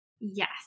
Yes